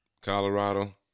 Colorado